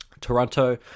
Toronto